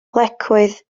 lecwydd